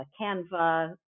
Canva